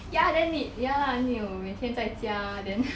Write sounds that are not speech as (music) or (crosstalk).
ya then need ya lah to 每天在家 then (breath)